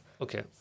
Okay